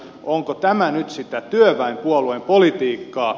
onko tämä nyt sitä työväenpuolueen politiikkaa